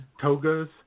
Toga's